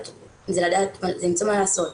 זה למצוא מה לעשות,